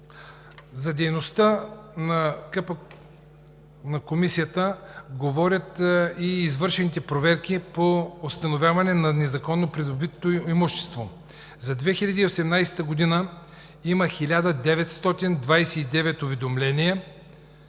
За дейността на Комисията говорят и извършените проверки по установяване на незаконно придобитото имущество. За 2018 г. има 1929 уведомления